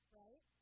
right